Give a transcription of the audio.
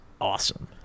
awesome